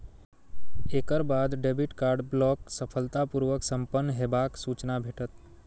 एकर बाद debit card block सफलतापूर्व संपन्न हेबाक सूचना भेटत